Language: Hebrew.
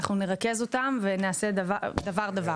אנחנו נרכז אותן ונעשה דבר-דבר.